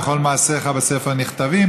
וכל מעשיך בספר נכתבים",